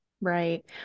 Right